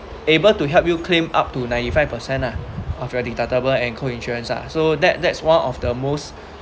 able to help you claim up to ninety five percent [lah]of your deductible and co insurance ah so that that's one of the most